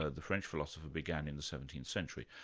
ah the french philosopher, began in the seventeenth century,